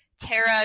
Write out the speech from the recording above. Tara